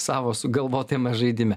savo sugalvotame žaidime